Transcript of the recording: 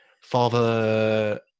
father